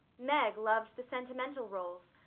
meg loved the sentimental roles,